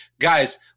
guys